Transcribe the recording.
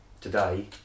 today